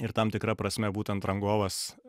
ir tam tikra prasme būtent rangovas